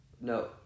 No